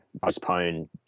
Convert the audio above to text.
postpone